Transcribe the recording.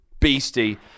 beasty